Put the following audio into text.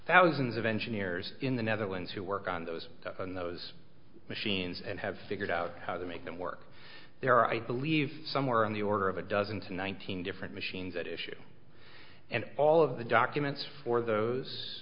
thousands of engineers in the netherlands who work on those and those machines and have figured out how to make them work there i believe somewhere on the order of a dozen to one thousand different machines that issue and all of the documents for those